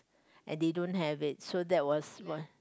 and they don't have it so that was why